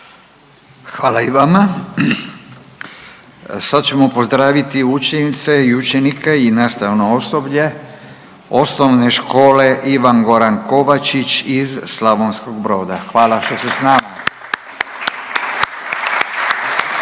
Hvala i vama. Sad ćemo pozdraviti učenice i učenike i nastavno osoblje OŠ Ivan Goran Kovačić iz Slavonskog Broda. Hvala što ste s nama.